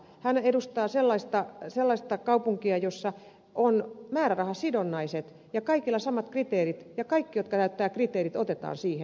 hän edustaa sellaista kaupunkia jossa ne ovat määrärahasidonnaiset ja kaikilla samat kriteerit ja kaikki jotka täyttävät kriteerit otetaan siihen